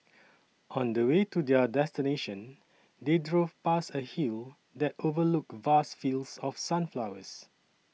on the way to their destination they drove past a hill that overlooked vast fields of sunflowers